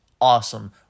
awesome